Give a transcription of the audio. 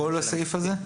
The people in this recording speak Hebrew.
כל הסעיף הזה?